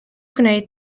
gwneud